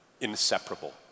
inseparable